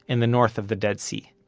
in the north of the dead sea.